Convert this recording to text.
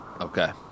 Okay